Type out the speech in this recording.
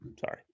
Sorry